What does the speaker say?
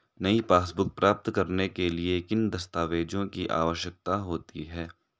नई पासबुक प्राप्त करने के लिए किन दस्तावेज़ों की आवश्यकता होती है?